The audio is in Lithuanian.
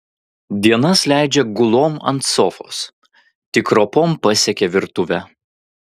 dienas leidžia gulom ant sofos tik ropom pasiekia virtuvę